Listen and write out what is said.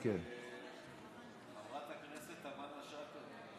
אין פה ספק, נקודות הזכות יעזרו.